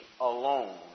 alone